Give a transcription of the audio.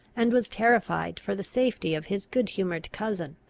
and was terrified for the safety of his good-humoured cousin.